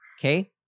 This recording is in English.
okay